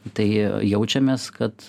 tai jaučiamės kad